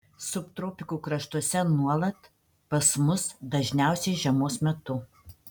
subtropikų kraštuose nuolat pas mus dažniausiai žiemos metu